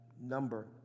number